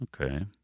Okay